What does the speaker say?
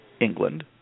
England